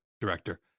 director